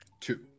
two